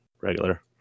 regular